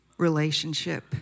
relationship